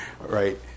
right